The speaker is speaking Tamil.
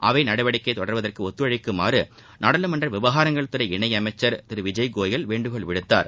அவை நடவடிக்கை தொடர்வதற்கு ஒத்துழைக்கும்பறு நாடாளுமன்ற விவகாரங்கள் துறை இணை அமைச்சர் திரு விஜய்கோயல் வேண்டுகோள் விடுத்தார்